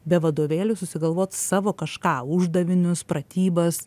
be vadovėlių susigalvot savo kažką uždavinius pratybas